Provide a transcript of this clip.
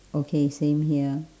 okay same here